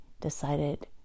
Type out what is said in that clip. decided